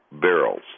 barrels